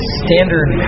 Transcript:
standard